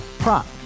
Prop